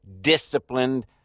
disciplined